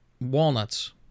Walnuts